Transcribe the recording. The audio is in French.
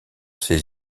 ses